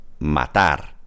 matar